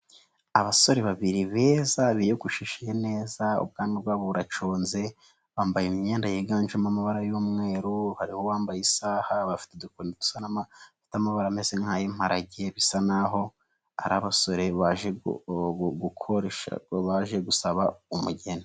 Abasore babiri beza biyogoshishe neza, ubwanwa buracunze, bambaye imyenda yiganjemo amabara y'umweru, bambaye isaha, bafite udukoni dufite amubara ameze nk'ayimparage bisa nk'aho ari abasore baje gusaba umugeni.